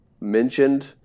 mentioned